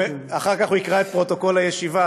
אחר כך הוא יקרא את פרוטוקול הישיבה,